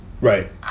Right